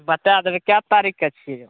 बताए देबै कए तारीकके छियै